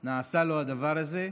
לו נעשה הדבר הזה,